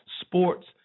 sports